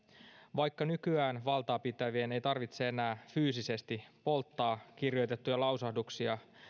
vaikka nykyään valtaapitävien ei tarvitse enää fyysisesti polttaa kirjoitettuja lausahduksia